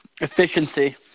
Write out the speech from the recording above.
Efficiency